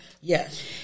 Yes